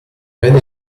venne